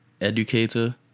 educator